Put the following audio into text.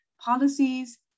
policies